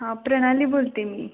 हां प्रणाली बोलते मी